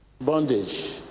bondage